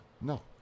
No